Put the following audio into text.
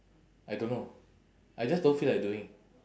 I don't know I just don't feel like doing